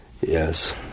Yes